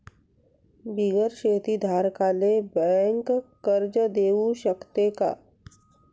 बिगर शेती धारकाले बँक कर्ज देऊ शकते का?